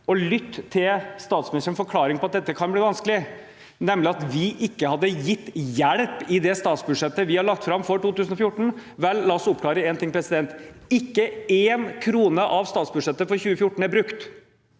ha lyttet til statsministerens forklaring på at dette kan bli vanskelig – nemlig at vi ikke har gitt hjelp i det statsbudsjettet vi la fram for 2014 – la oss oppklare én ting: Ikke én krone av statsbudsjettet for 2014 er brukt,